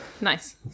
Nice